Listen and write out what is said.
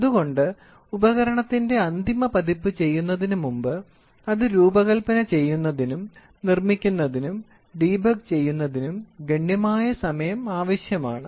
അതുകൊണ്ട് ഉപകരണത്തിന്റെ അന്തിമ പതിപ്പ് ചെയ്യുന്നതിന് മുമ്പ് അത് രൂപകൽപ്പന ചെയ്യുന്നതിനും നിർമ്മിക്കുന്നതിനും ഡീബഗ്ഗ് ചെയ്യുന്നതിനും ഗണ്യമായ സമയം ആവശ്യമാണ്